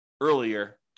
earlier